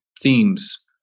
themes